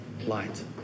light